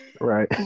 right